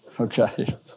Okay